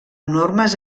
normes